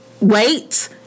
wait